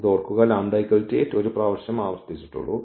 ഇത് ഓർക്കുക λ 8 ഒരു പ്രാവശ്യം ആവർത്തിച്ചു